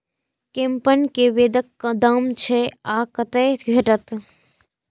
कम्पेन के कतेक दाम छै आ कतय भेटत?